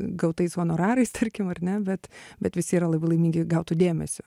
gautais honorarais tarkim ar ne bet bet visi yra labai laimingi gautu dėmesiu